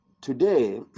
Today